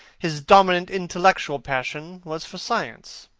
his dominant intellectual passion was for science.